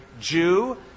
Jew